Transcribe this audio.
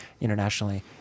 internationally